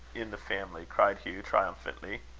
in the family! cried hugh, triumphantly.